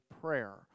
prayer